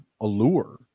allure